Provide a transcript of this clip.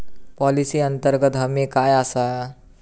Policy अंतर्गत हमी काय आसा?